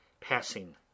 passing